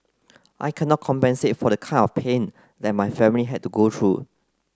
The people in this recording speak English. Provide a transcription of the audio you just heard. I cannot compensate for the kind of pain that my family had to go through